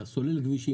אתה סולל כבישים,